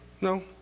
no